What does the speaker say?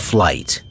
Flight